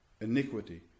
iniquity